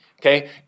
Okay